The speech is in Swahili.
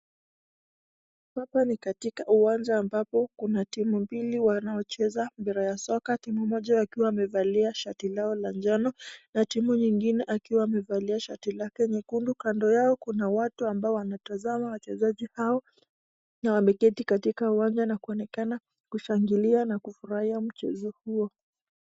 Hapa ni katika uwanja ambapo kuna timu mbili wanaocheza mpira wa soka wakiwa wamevalia shati ya ya njano mwingine akiwa amevalia shati jegundu nyuma yao kuna watu ambao wanatazama wachezaji hao na wemeketi katika uwanja na wameoneka kushangilia na kufurahia mchezo hiyo.